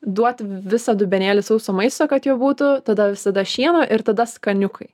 duot visą dubenėlį sauso maisto kad jo būtų tada visada šieno ir tada skaniukai